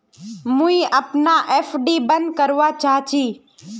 मुई अपना एफ.डी बंद करवा चहची